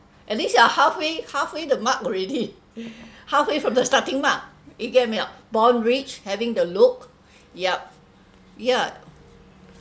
at least you are halfway halfway the mark already halfway from the starting mark you get what I mean or not born rich having the look yup yeah